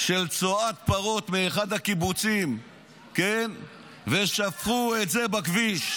של צואת פרות מאחד הקיבוצים ושפכו את זה על הכביש.